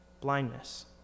Blindness